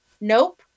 Nope